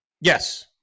yes